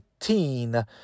18